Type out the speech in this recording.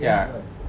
ya